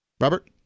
Robert